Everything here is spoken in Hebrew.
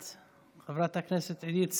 את, חברת הכנסת עידית סילמן,